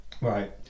Right